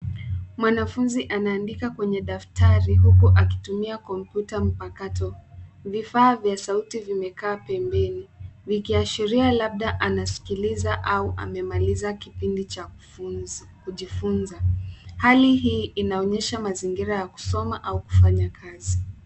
Mwanafunzi anaandika kwenye daftari huku akitumia kompyuta mpakato. Vifaa vya sauti vimekaa pembeni vikiashiria labda anasikiliza au amemaliza kipindi cha kujifunza. Hali hii inaonyesha mazingira ya kusoma au kufanya kazi.